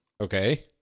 Okay